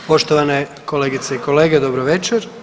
Poštovane kolegice i kolege, dobro večer.